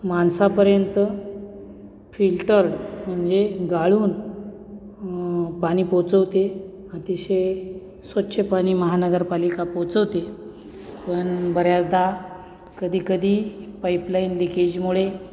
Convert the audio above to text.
माणसापर्यंत फिल्टर म्हणजे गाळून पाणी पोचवते अतिशय स्वच्छ पाणी महानगरपालिका पोचवते पण बऱ्यादा कधीकधी पाईपलाईन लिकेजमुळे